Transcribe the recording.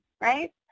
right